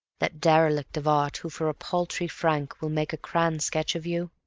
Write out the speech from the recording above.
that derelict of art, who for a paltry franc will make a crayon sketch of you?